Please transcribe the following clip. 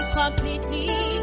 completely